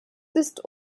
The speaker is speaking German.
ist